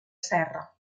serra